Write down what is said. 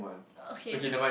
okay the